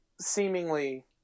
seemingly